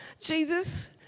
Jesus